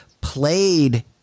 played